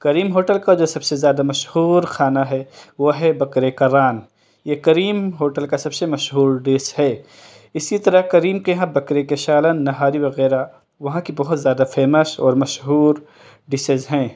کریم hotel کا جو سب سے زیادہ مشہور خانا ہے وہ ہے بکرے کا ران یہ کریم ہوٹل کا سب سے مشہور ڈش ہے اسی طرح کریم کے ہاں بکرے کا سالن نہاری وغیرہ وہاں کی بہت زیادہ فیمس اور مشہور ڈشز ہیں